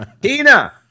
Tina